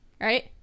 right